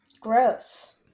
Gross